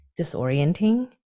disorienting